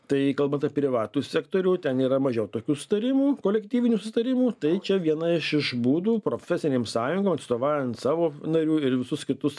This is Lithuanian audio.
tai kalbant privatų sektorių ten yra mažiau tokių sutarimų kolektyvinių suitarimų tai čia viena iš iš būdų profesinėm sąjungom atstovaujant savo narių ir visus kitus